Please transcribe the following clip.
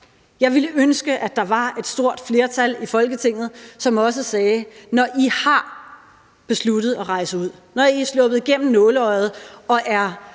Jeg ville ønske, at der var et stort flertal i Folketinget, som sagde: Når I har besluttet at rejse ud, når I er sluppet igennem nåleøjet og er